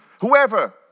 Whoever